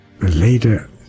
Later